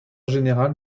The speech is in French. général